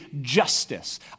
justice